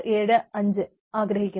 875 ആഗ്രഹിക്കുന്നു